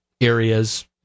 areas